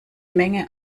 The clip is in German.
menge